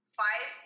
five